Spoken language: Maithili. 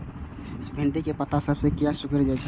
भिंडी के पत्ता सब किया सुकूरे छे?